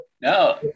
No